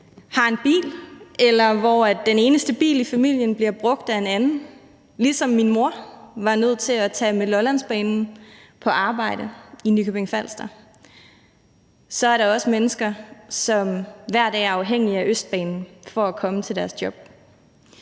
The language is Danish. har en bil, eller hvor den eneste bil i familien bliver brugt af en anden. Ligesom min mor var nødt til at tage med Lollandsbanen på arbejde i Nykøbing Falster, er der også mennesker, som hver dag er afhængige af Østbanen for at komme til deres job.